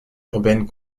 urbaine